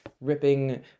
ripping